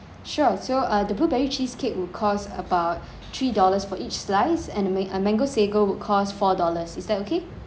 sure so uh the blueberry cheesecake will cost about three dollars for each slice and mang~ uh mango sago would cost four dollars is that okay